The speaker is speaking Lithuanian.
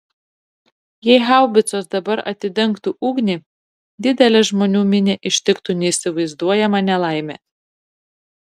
jei haubicos dabar atidengtų ugnį didelę žmonių minią ištiktų neįsivaizduojama nelaimė